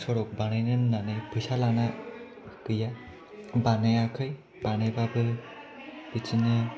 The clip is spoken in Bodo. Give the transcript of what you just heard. सरक बानायनो होन्नानै फैसा लाना गैया बानायाखै बानायबाबो बिदिनो